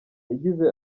yagize